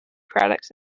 products